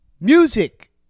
Music